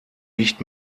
nicht